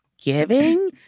giving